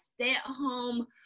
stay-at-home